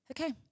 Okay